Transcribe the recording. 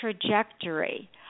trajectory